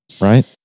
Right